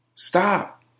Stop